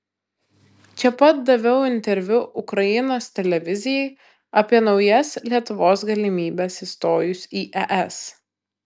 čia pat daviau interviu ukrainos televizijai apie naujas lietuvos galimybes įstojus į es